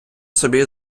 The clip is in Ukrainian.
собі